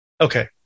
Okay